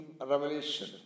revelation